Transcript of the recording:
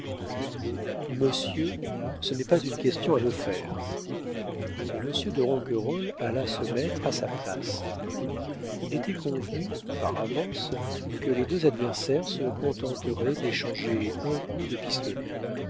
monsieur ce n'est pas une question à me faire et monsieur de ronquerolles alla se mettre à sa place il était convenu par avance que les deux adversaires se contenteraient d'échanger un coup de pistolet